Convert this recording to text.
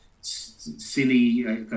silly